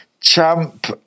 Champ